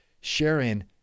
sharing